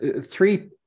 Three